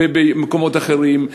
במקומות אחרים,